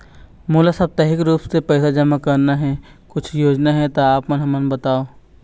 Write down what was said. मोला साप्ताहिक रूप से पैसा जमा करना हे, कुछू योजना हे त आप हमन बताव?